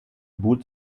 boot